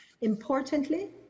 Importantly